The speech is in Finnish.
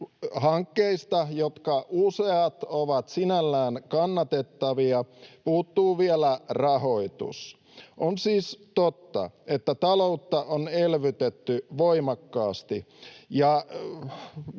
hankkeista, joista useat ovat sinällään kannatettavia, puuttuu vielä rahoitus. On siis totta, että taloutta on elvytetty voimakkaasti